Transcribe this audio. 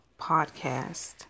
Podcast